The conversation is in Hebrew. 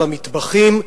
במטבחים,